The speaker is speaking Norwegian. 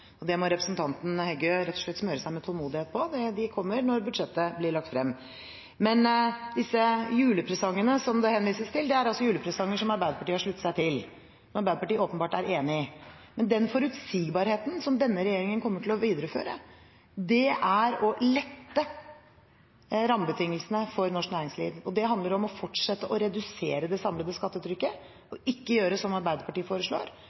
Representanten Heggø må rett og slett smøre seg med tålmodighet – de kommer når budsjettet blir lagt frem. Men disse julepresangene det henvises til, er julepresanger som Arbeiderpartiet har sluttet seg til og som Arbeiderpartiet åpenbart er enig i. Den forutsigbarheten som denne regjeringen kommer til å videreføre, er å lette rammebetingelsene for norsk næringsliv, og det handler om å fortsette å redusere det samlede skattetrykket, og ikke å gjøre som Arbeiderpartiet foreslår